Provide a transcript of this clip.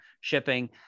shipping